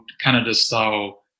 Canada-style